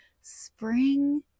Spring